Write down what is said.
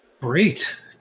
Great